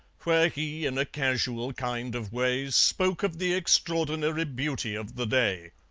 where he, in a casual kind of way, spoke of the extraordinary beauty of the day.